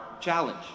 challenge